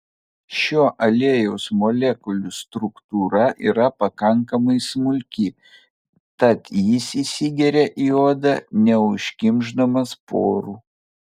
šio aliejaus molekulių struktūra yra pakankamai smulki tad jis įsigeria į odą neužkimšdamas porų